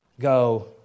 go